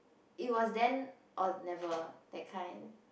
it was then or never that kind